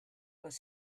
les